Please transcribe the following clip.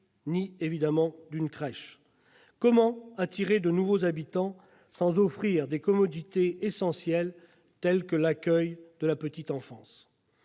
ni, évidemment, d'une crèche. Comment attirer de nouveaux habitants sans offrir des commodités essentielles, par exemple en matière d'accueil de la petite enfance ?